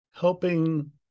helping